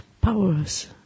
powers